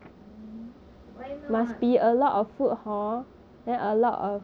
why not